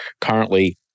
currently